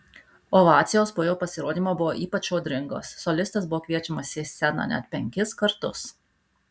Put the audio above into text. ovacijos po jo pasirodymo buvo ypač audringos solistas buvo kviečiamas į sceną net penkis kartus